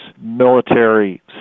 military